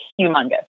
humongous